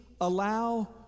allow